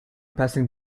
passing